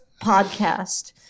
podcast